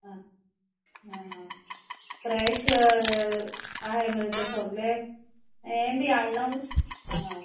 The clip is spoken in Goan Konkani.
आं आं फ्रॅश आहाय मरे ते सोगले हे बी हाडला म